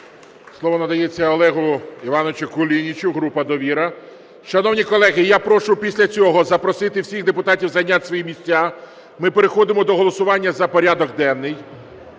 Слово надається Олегу Івановичу Кулінічу, група "Довіра". Шановні колеги, я прошу після цього запросити всіх депутатів зайняти свої місця, ми переходимо до голосування за порядок денний.